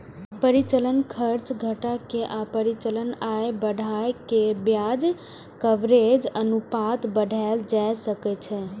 परिचालन खर्च घटा के आ परिचालन आय बढ़ा कें ब्याज कवरेज अनुपात बढ़ाएल जा सकै छै